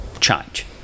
change